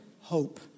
Hope